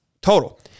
total